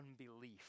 unbelief